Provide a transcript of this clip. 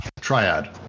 triad